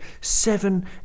seven